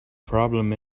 problem